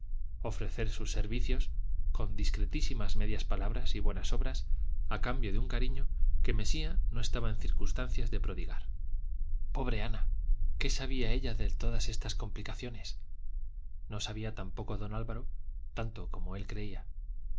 ofrecer sus servicios con discretísimas medias palabras y buenas obras a cambio de un cariño que mesía no estaba en circunstancias de prodigar pobre ana qué sabía ella de todas estas complicaciones no sabía tampoco don álvaro tanto como él creía